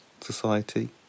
society